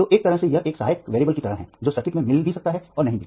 तो एक तरह से यह एक सहायक चर की तरह है जो सर्किट में मिल भी सकता है और नहीं भी